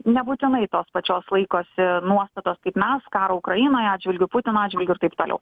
nebūtinai tos pačios laikosi nuostatos kaip mes karo ukrainoje atžvilgiu putino atžvilgiu ir taip toliau